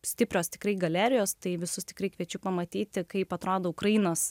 stiprios tikrai galerijos tai visus tikri kviečiu pamatyti kaip atrodo ukrainos